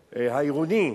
העירוני,